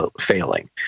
failing